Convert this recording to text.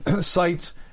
sites